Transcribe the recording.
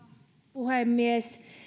puhemies